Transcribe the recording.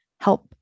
help